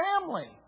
family